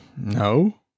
No